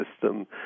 system